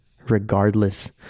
regardless